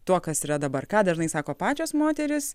tuo kas yra dabar ką dažnai sako pačios moterys